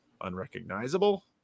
Unrecognizable